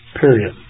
Period